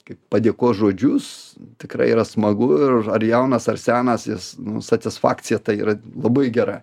kaip padėkos žodžius tikrai yra smagu ir ar jaunas ar senas jis satisfakcija ta yra labai gera